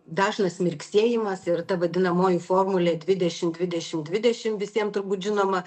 dažnas mirksėjimas ir ta vadinamoji formulė dvidešim dvidešim dvidešim visiems turbūt žinoma